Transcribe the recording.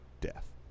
death